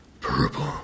purple